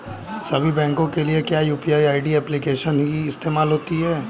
सभी बैंकों के लिए क्या यू.पी.आई एप्लिकेशन ही इस्तेमाल होती है?